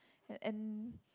and